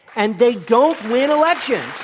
and they don't win elections.